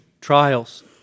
trials